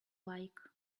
like